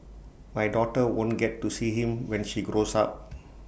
my daughter won't get to see him when she grows up